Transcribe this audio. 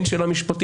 אין שאלה משפטית.